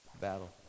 battle